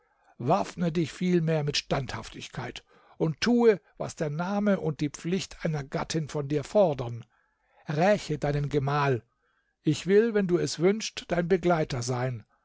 waffne dich vielmehr mit standhaftigkeit und tue was der name und die pflicht einer gattin von dir fordern räche deinen gemahl ich will wenn du es wünschst dein begleiter sein